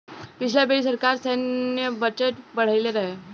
पिछला बेरी सरकार सैन्य बजट बढ़इले रहे